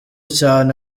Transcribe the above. cyane